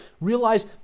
realize